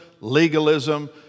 legalism